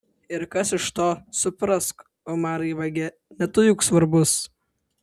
ir kas iš to suprask umarai vagie ne tu juk svarbus